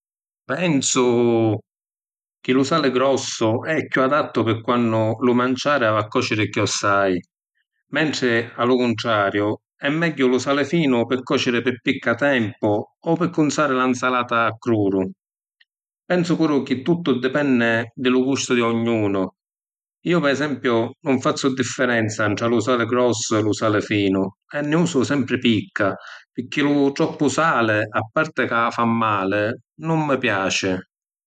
Pensu chi lu sali grossu è chiù adattu pi quannu lu manciari havi a còciri cchiòssai, mentri a lu cuntrariu, è megghiu lu sali finu pi còciri pi picca tempu o pi cunzari la ‘nsalata a crudu. Pensu puru chi tuttu dipenni di lu gustu di ognunu. Iu, pi esempiu, nun fazzu diffirenza ntra lu sali grossu e lu sali finu e nni usu sempri picca pirchì lu troppu sali, a parti ca fa mali, nun mi piaci.